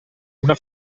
una